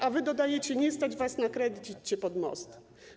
A wy dodajecie: nie stać was na kredyt, idźcie pod most.